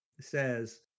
says